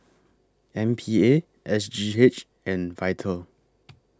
M P A S G H and Vital